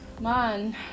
man